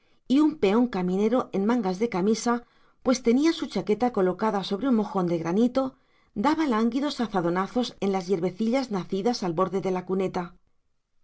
y un peón caminero en mangas de camisa pues tenía su chaqueta colocada sobre un mojón de granito daba lánguidos azadonazos en las hierbecillas nacidas al borde de la cuneta